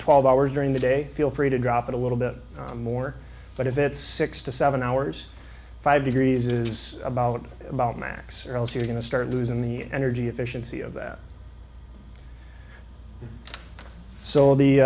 twelve hours during the day feel free to drop it a little bit more but if it's six to seven hours five degrees is about about max or else you're going to start losing the energy efficiency of that so the